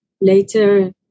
later